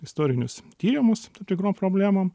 istorinius tyrimus tam tikrom problemom